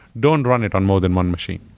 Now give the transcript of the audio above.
don't run it on more than one machine.